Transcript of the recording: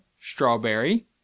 strawberry